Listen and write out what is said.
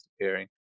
appearing